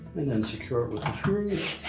then secure it with a screw.